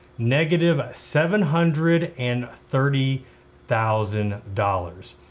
negative seven hundred and thirty thousand dollars,